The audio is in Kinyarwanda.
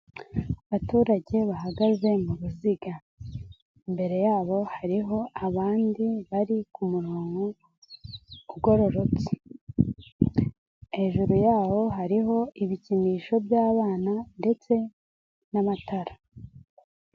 Abaturage bahagaze mu ruziga imbere yabo hariho abandi bari ku murongo ugororotse, hejuru yaho hariho ibikinisho by'abana ndetse n'amatara.